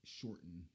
shorten